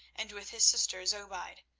and with his sister zobeide,